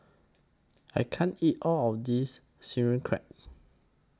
I can't eat All of This Sauerkraut